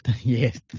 Yes